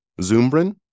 Zumbrun